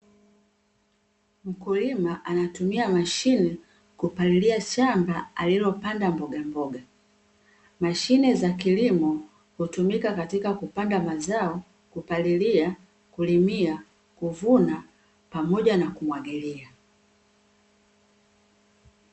Mkulima anatumia mashine kupalilia shamba alilopanda mboga mboga, mashine za kilimo hutumika katika kupanda mazao, kupalilia, kulimia, kuvuna pamoja na kumwagilia.